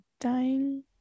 dying